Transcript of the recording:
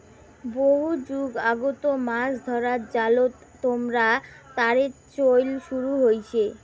বহু যুগ আগত মাছ ধরার জালত তামার তারের চইল শুরু হইচে